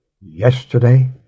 yesterday